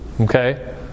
Okay